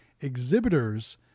exhibitors